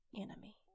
enemy